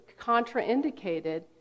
contraindicated